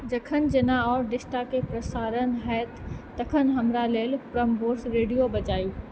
जखन जेना आओर डेस्ताके प्रसारण हैत तखन हमरा लेल प्रम्बोर्स रेडियो बजैब